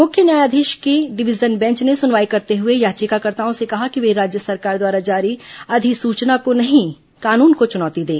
मुख्य न्यायाधीश की डिवीजन बेंच ने सुनवाई करते हुए याचिकाकर्ताओं से कहा कि वे राज्य सरकार द्वारा जारी अधिसूचना को नहीं कानून को चुनौती दें